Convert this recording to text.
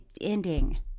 ending